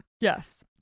Yes